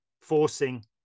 forcing